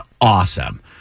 awesome